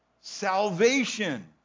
Salvation